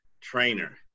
trainer